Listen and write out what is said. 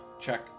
check